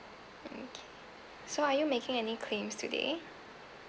okay so are you making any claims today